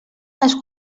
les